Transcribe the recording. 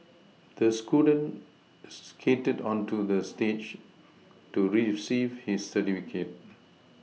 the student skated onto the stage to receive his certificate